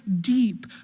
deep